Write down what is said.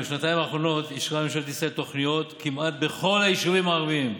בשנתיים האחרונות אישרה ממשלת ישראל תוכניות כמעט בכל היישובים הערביים.